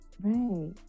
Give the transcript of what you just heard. right